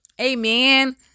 Amen